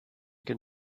can